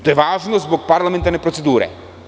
To je važno zbog parlamentarne procedure.